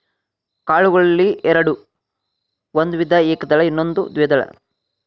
ಕಾಳುಗಳಲ್ಲಿ ಎರ್ಡ್ ಒಂದು ವಿಧ ಏಕದಳ ಇನ್ನೊಂದು ದ್ವೇದಳ